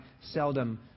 seldom